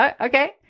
Okay